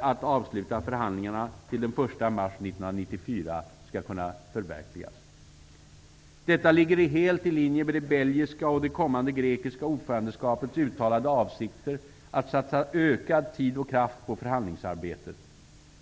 att avsluta förhandlingarna till den 1 mars 1994 skall kunna förverkligas. Detta ligger helt i linje med det belgiska och det kommande grekiska ordförandeskapets uttalade avsikter att satsa ökad tid och kraft på förhandlingsarbetet.